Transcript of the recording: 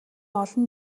олон